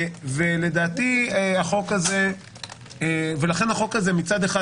לכן החוק הזה מצד אחד